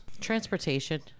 Transportation